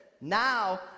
Now